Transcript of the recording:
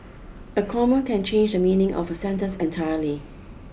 a comma can change the meaning of a sentence entirely